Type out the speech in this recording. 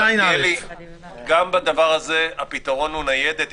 גם בדבר הזה הפתרון הוא קלפי ניידת.